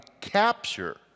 capture